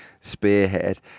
spearhead